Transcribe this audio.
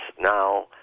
now